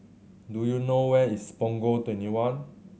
do you know where is Punggol Twenty one